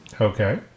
okay